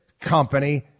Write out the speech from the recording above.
company